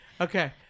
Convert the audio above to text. Okay